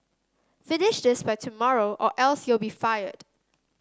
finish this by tomorrow or else you'll be fired